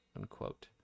unquote